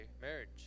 marriage